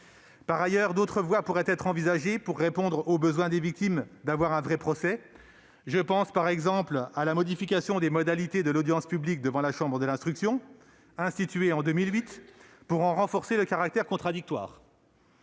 envisager d'autres voies pour répondre au besoin des victimes d'avoir un « vrai procès ». Je pense, par exemple, à une modification des modalités de l'audience publique devant la chambre de l'instruction, instituée en 2008, pour en renforcer le caractère contradictoire.